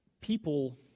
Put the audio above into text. People